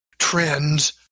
trends